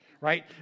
right